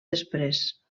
després